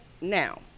now